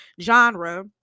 genre